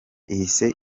ihise